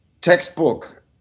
textbook